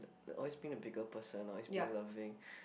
always being a bigger person always being loving